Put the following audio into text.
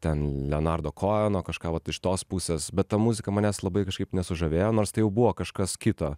ten lenardo koheno kažką vat iš tos pusės bet ta muzika manęs labai kažkaip nesužavėjo nors tai jau buvo kažkas kito